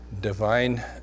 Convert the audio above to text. Divine